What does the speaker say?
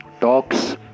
talks